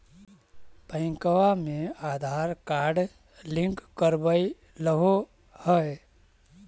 बैंकवा मे Aadhaar card link करवैलहो है?